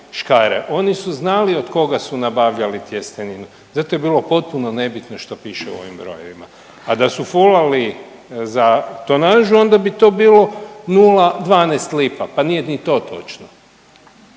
škare, oni su znali od koga su nabavljali tjesteninu, zato je bilo potpuno nebitno što piše u ovim brojevima, a da su fulali za tonažu, onda bi to bilo 0,12 lipa, pa nije to ni točno.